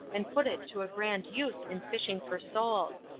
and put it to a grand use in fishing for souls.